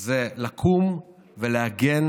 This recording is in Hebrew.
הוא לקום ולהגן